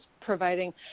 providing